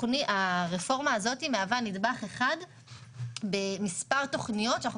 הרפורמה הזאת מהווה נדבך אחד במספר תכניות שאנחנו